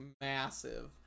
massive